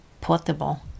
portable